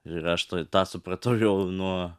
ir aš tuoj tą supratau jau nuo